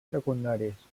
secundaris